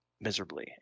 miserably